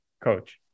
Coach